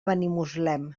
benimuslem